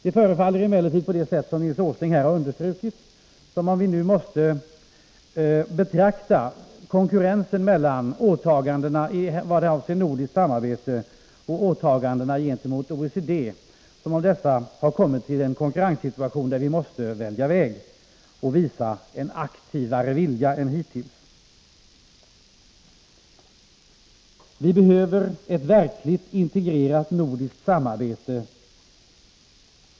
Det förefaller emellertid, som Nils Åsling här har understrukit, som om vi nu måste betrakta åtagandena i vad avser nordiskt samarbete och åtagandena gentemot OECD som om de har kommit till en konkurrenssituation där vi måste välja väg och visa en aktivare vilja än hittills. Vi behöver ett verkligt integrerat nordiskt samarbete.